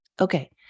Okay